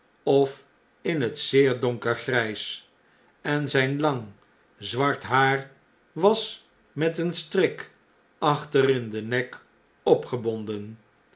of in het zeer donker grijs en zyn lang zwart haar was met een strik achter in den nek